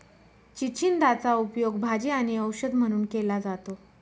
चिचिंदाचा उपयोग भाजी आणि औषध म्हणून केला जातो